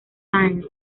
sáenz